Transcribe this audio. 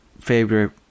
favorite